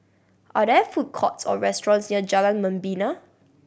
are there food courts or restaurants near Jalan Membina